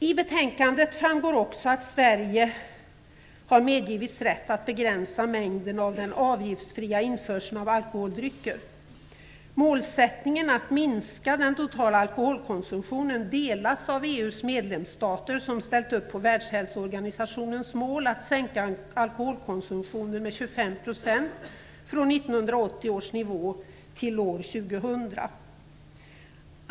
I betänkandet framgår också att Sverige har medgivits rätt att begränsa mängden av den avgiftsfria införseln av alkoholdrycker. Målsättningen att minska den totala alkoholkonsumtionen delas av EU:s medlemsstater, som ställt upp på Världshälsoorganisationens mål att sänka alkoholkonsumtionen med 25 % från 1980 års nivå till år 2000.